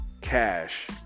cash